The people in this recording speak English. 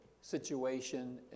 situation